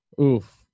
Oof